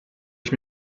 ich